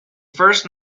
first